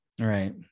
right